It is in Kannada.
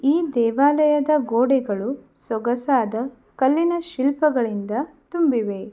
ಈ ದೇವಾಲಯದ ಗೋಡೆಗಳು ಸೊಗಸಾದ ಕಲ್ಲಿನ ಶಿಲ್ಪಗಳಿಂದ ತುಂಬಿವೆ